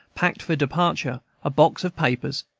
packed for departure, a box of papers,